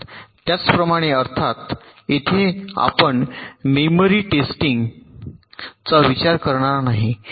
त्याचप्रमाणे अर्थातच येथे आपण मेमरी टेस्टिंगचा विचार करणार नाही